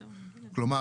כלומר,